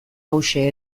hauxe